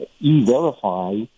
e-verify